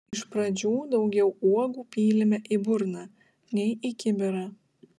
iš pradžių daugiau uogų pylėme į burną nei į kibirą